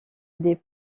des